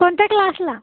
कोणत्या क्लासला